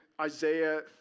Isaiah